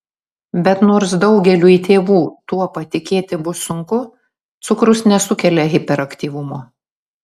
bet nors daugeliui tėvų tuo patikėti bus sunku cukrus nesukelia hiperaktyvumo